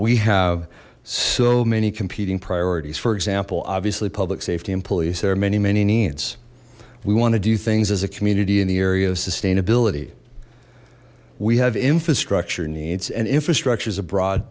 we have so many competing priorities for example obviously public safety employees there are many many needs we want to do things as a community in the area of sustainability we have infrastructure needs and infrastructure is a broad